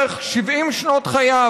מערכת של הסכמות שסוכמו בכנסת היא דבר מחייב.